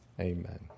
amen